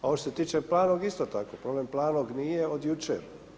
A ovo što se tiče Planog, isto tako problem Planog nije od jučer.